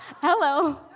Hello